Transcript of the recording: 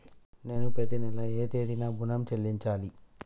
నేను పత్తి నెల ఏ తేదీనా ఋణం చెల్లించాలి?